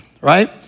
right